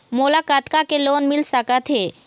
मोला कतका के लोन मिल सकत हे?